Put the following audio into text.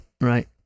Right